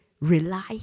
rely